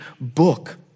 book